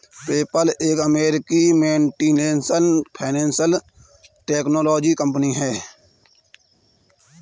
PayPal एक अमेरिकी multinational financial technology company है